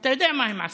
אתה יודע מה הם עשו.